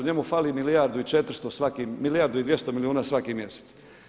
Njemu fali milijardu i 400 svaki, milijardu i 200 milijuna svaki mjesec.